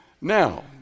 Now